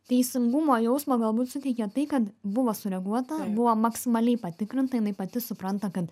teisingumo jausmą galbūt suteikė tai kad buvo sureaguota buvo maksimaliai patikrinta jinai pati supranta kad